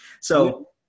So-